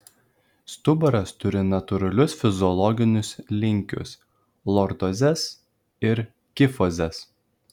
stuburas turi natūralius fiziologinius linkius lordozes ir kifozes